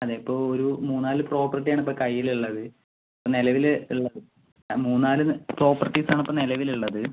അതെ ഇപ്പോൾ ഒരു മൂന്നാലു പ്രോപ്പർട്ടിയാണിപ്പോൾ കൈയ്യിലുള്ളത് ഇപ്പം നിലവില് ഇള്ളത് മൂന്നാലു പ്രോപ്പർട്ടീസ് ആണിപ്പോൾ നിലവില് ഉള്ളത്